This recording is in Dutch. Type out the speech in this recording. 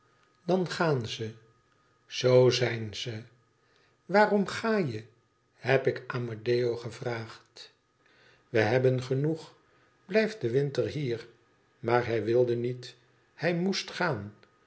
dan gain ze zoo zijn ze waarom ga je heb ik amedeo gevraagd we hebben genoeg blijf den winter hier maar hij wilde niet hij moest gaan